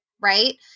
right